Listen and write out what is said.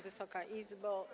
Wysoka Izbo!